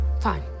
Fine